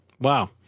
Wow